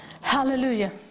Hallelujah